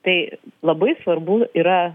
tai labai svarbu yra